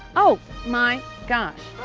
oh my gosh.